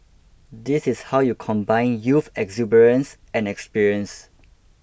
this is how you combine youth exuberance and experience